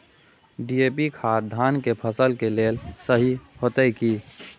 DAP खाद धान के फसल के लेल सही होतय की?